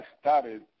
started